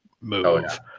move